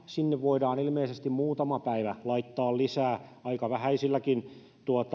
sinne voidaan ilmeisesti muutama päivä laittaa lisää aika vähäisilläkin